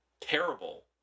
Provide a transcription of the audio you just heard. terrible